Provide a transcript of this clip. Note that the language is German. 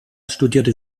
studierte